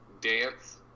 dance